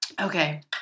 Okay